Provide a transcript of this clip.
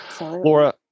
Laura